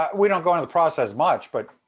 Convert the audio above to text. we don't go into the process much but,